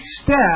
step